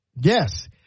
Yes